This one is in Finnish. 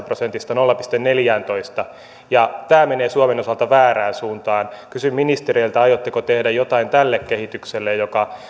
prosentista nolla pilkku neljääntoista ja tämä menee suomen osalta väärään suuntaan kysyn ministereiltä aiotteko tehdä jotain tälle kehitykselle